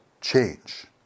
change